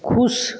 खुश